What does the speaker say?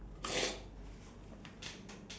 the to drastically change the